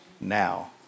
now